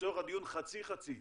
לצורך הדיון חצי חצי,